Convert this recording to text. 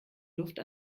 luft